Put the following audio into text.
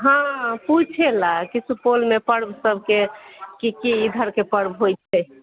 हँ पुछै लए कि सुपौलमे पर्व सभकेँ कि इधरके पर्व होइ छै